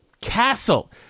castle